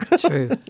True